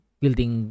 building